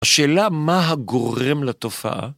השאלה, מה הגורם לתופעה?